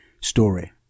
story